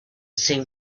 seemed